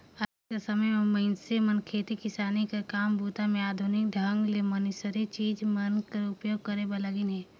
आएज कर समे मे मइनसे मन खेती किसानी कर काम बूता मे आधुनिक ढंग ले मसीनरी चीज मन कर उपियोग करे लगिन अहे